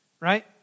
right